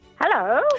Hello